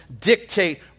dictate